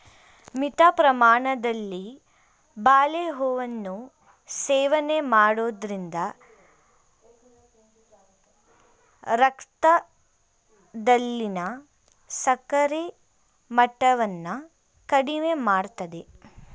ಮಿತ ಪ್ರಮಾಣದಲ್ಲಿ ಬಾಳೆಹೂವನ್ನು ಸೇವನೆ ಮಾಡೋದ್ರಿಂದ ರಕ್ತದಲ್ಲಿನ ಸಕ್ಕರೆ ಮಟ್ಟವನ್ನ ಕಡಿಮೆ ಮಾಡ್ತದೆ